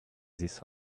this